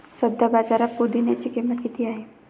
सध्या बाजारात पुदिन्याची किंमत किती आहे?